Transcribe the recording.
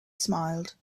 smiled